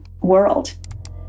world